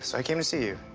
so came to see you.